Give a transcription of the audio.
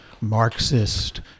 Marxist